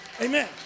Amen